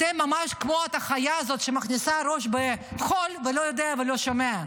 אתם ממש כמו החיה הזאת שמכניסה ראש בחול ולא יודעת ולא שומעת.